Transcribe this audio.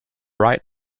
right